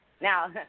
Now